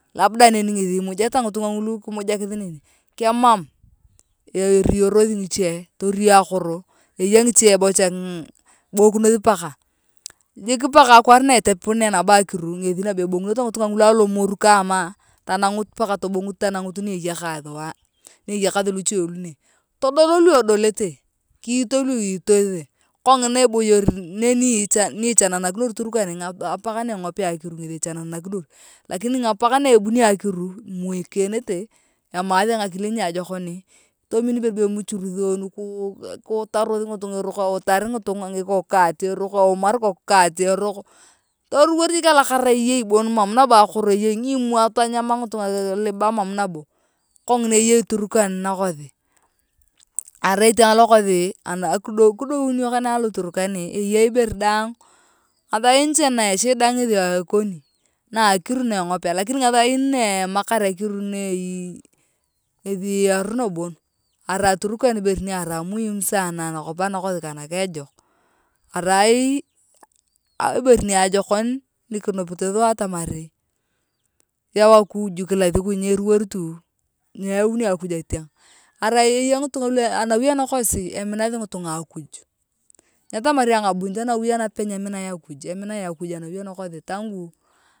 Labda neni ngithi emujeta ngitunga ngulu kimujakith neni kemam eriori ngiche borio akoro eya ngiche bocha mmm kiboikinot paka jik paka akwaar na etepunia nabo akiru ngethi nabo ebong’uneteo ngitunga ngulu alomoru kaama tanangut paka tobungut tanangut ni eyakae thua ni eyakathi luche lu ne todulo lu edolote kiito lu itothi kongina eboyor niichanakinor turkan apak na eng’opia akiru ngethi ichancnakinor lakini apak na ebunio akiru imwokonete emaathe ngakile niajokon tomin ibere be emuchoronothoni kuutorath ng’itunga eroko eutar ngitunga eutar ikoku kati eroko eumar eroko toriwor jik alakara bon emam nabo akoro ngimwoma tonyama ngitunga toliba emam nabo kongina eyei turkana nakothi arai etiang lakothi akidoun kidoun iyony kane aloturkan eyei ibere daang ngathain cha na eshida ng’ethi ikoni ngathain nengokepe lakini ngathain na emakar akiru neeii ngethi iruno bon arai turkan ibere niarai muhimu sana anakop anakosi kana ajok arai ibere niajokon nikunupit thua atamar yau akuj nikunupit thua atamar yau akuj atiang arai eya ngitunga anawi anakosi eminathi ngitunga akuj nyatamari ayong abunit anawi anape nyeminae akuj eminae akuj amawi anakthingi.